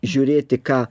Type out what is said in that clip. žiūrėti ką